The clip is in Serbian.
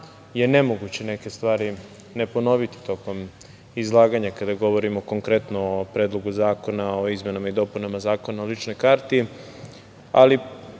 je nemoguće neke stvari ne ponoviti tokom izlaganja, kada govorimo konkretno o Predlogu zakona o izmenama i dopunama Zakona o ličnoj karti, ali